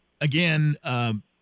again